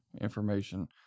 information